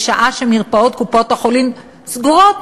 בשעה שמרפאות קופות-החולים סגורות,